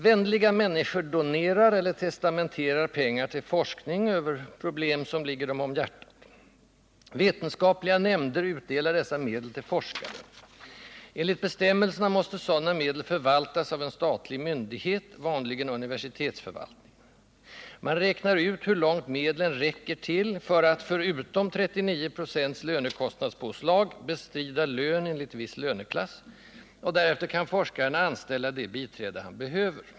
Vänliga människor donerar, eller testamenterar, pengar till forskning över frågor, som ligger dem om hjärtat. Vetenskapliga nämnder utdelar dessa medel till forskare. Enligt bestämmelserna måste sådana medel förvaltas av en statlig myndighet, vanligen universitetsförvaltningen. Man räknar ut hur långt medlen räcker till att — förutom 39 26 LKP — bestrida lönen enligt viss löneklass. Därefter kan forskaren anställa det 63 biträde som han behöver.